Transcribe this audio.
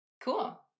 Cool